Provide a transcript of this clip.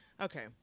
okay